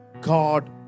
God